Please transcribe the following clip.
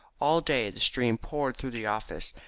all day the stream poured through the office,